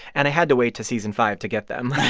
and i had to wait to season five to get them.